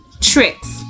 tricks